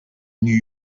new